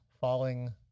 falling